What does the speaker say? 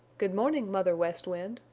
good morning, mother west wind,